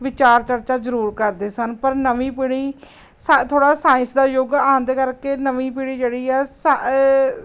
ਵਿਚਾਰ ਚਰਚਾ ਜ਼ਰੂਰ ਕਰਦੇ ਸਨ ਪਰ ਨਵੀਂ ਪੀੜ੍ਹੀ ਸਾ ਥੋੜ੍ਹਾ ਸਾਇੰਸ ਦਾ ਯੁੱਗ ਆਉਣ ਦੇ ਕਰਕੇ ਨਵੀਂ ਪੀੜ੍ਹੀ ਜਿਹੜੀ ਆ ਸਾ